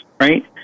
right